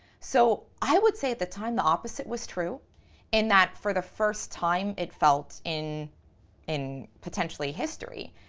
so i would say at the time the opposite was true in that for the first time it felt in in potentially history,